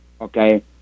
okay